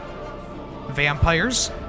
Vampires